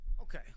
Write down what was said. Okay